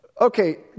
okay